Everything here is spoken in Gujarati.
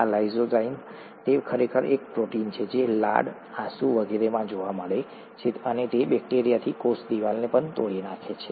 આ લાઇસોઝાઇમ તે ખરેખર એક પ્રોટીન છે જે લાળ આંસુ વગેરેમાં જોવા મળે છે અને તે બેક્ટેરિયાની કોષ દિવાલને પણ તોડી નાખે છે